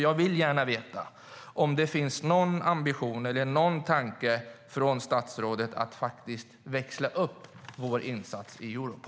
Jag vill gärna veta om det finns någon ambition eller någon tanke hos statsrådet att faktiskt växla upp vår insats i Europol.